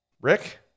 Rick